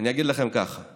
אני אגיד לכם ככה: